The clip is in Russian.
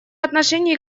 отношении